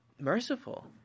Merciful